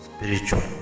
spiritual